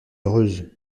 heureuse